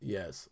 Yes